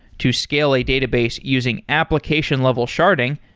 to scale a database using application level sharding,